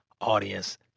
audience